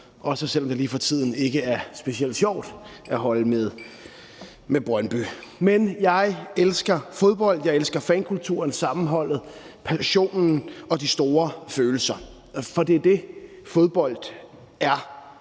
også selv om det lige for tiden ikke er specielt sjovt at holde med Brøndby. Men jeg elsker fodbold, og jeg elsker fankulturen, sammenholdet, passionen og de store følelser. For det er det, fodbold er,